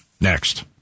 next